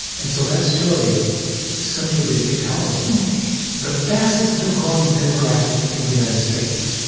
and so that story simply didn't get told the fastest-growing demographic in the united states